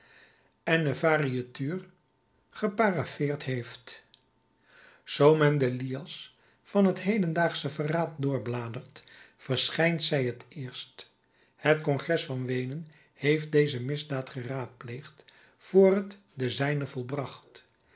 en ne varietur geparafeerd heeft zoo men de lias van het hedendaagsche verraad doorbladert verschijnt zij het eerst het congres van weenen heeft deze misdaad geraadpleegd vr het de zijne volbracht